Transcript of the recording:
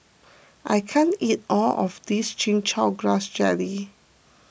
I can't eat all of this Chin Chow Grass Jelly